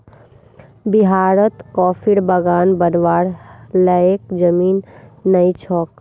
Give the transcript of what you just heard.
बिहारत कॉफीर बागान बनव्वार लयैक जमीन नइ छोक